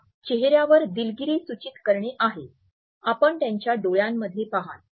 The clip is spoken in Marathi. हे चेहऱ्यावर दिलगिरी सूचित करणे आहे आपण त्याच्या डोळ्यामध्ये पहाल